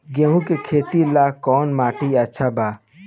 गेहूं के खेती ला कौन माटी अच्छा बा?